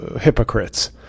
hypocrites